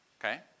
okay